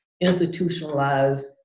institutionalized